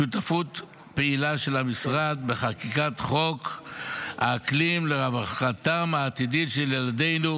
שותפות פעילה של המשרד בחקיקת חוק האקלים לרווחתם העתידית של ילדינו,